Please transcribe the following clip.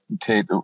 Tate